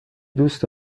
دوست